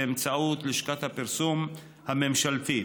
באמצעות לשכת הפרסום הממשלתית.